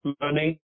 money